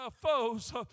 foes